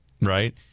Right